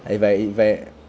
if I if I